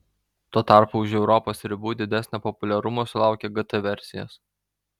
tuo tarpu už europos ribų didesnio populiarumo sulaukia gt versijos